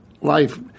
life